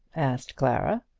asked clara.